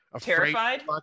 terrified